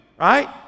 right